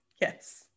yes